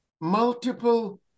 multiple